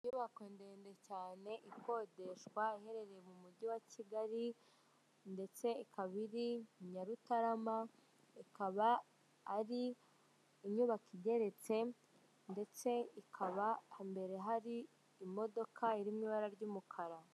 Inyubako ndende cyane ikodeshwa iherereye mu mujyi wa Kigali, ndetse ikaba iri Nyarutarama ikaba ari inyubako igeretse ndetse ikaba imbere hari imodoka iri mu ibara ry'umukara.